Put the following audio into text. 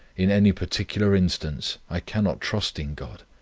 in any particular instance, i cannot trust in god,